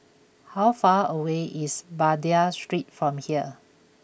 how far away is Baghdad Street from here